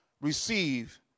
receive